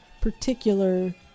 particular